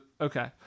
okay